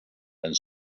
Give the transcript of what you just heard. and